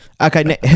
okay